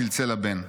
צלצל הבן.